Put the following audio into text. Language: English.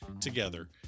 together